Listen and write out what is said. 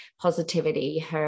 positivity